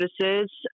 services